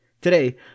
Today